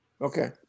Okay